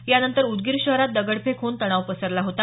यानंतर उदगीर शहरात दगडफेक होऊन तणाव पसरला होता